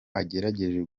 agerageje